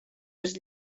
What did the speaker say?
les